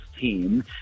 team